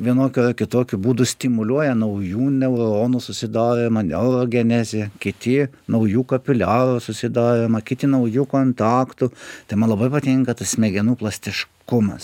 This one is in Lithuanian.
vienokiu ar kitokiu būdu stimuliuoja naujų neuronų susidarymą neo genezė kiti naujų kapiliarų susidarymą kiti naujų kontaktų tai man labai patinka tas smegenų plastiškumas